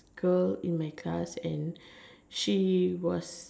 girl in my class and she was